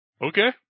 Okay